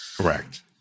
Correct